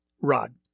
rod